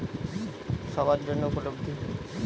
নন banking পরিষেবা কি সবার জন্য উপলব্ধ?